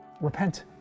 Repent